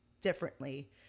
differently